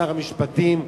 לשר המשפטים,